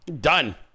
Done